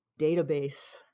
database